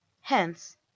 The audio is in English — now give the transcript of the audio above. Hence